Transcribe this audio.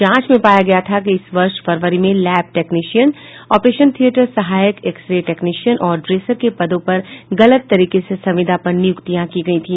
जांच में पाया गया था कि इस वर्ष फरवरी में लैब टेक्निशियन ऑपरेशन थियेटर सहायक एक्स रे टेक्निशियन और ड्रेसर के पदों पर गलत तरीके से संविदा पर नियुक्तियां की गयी थी